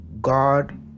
god